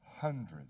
hundreds